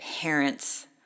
parents